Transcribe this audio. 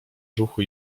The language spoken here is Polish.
ruchu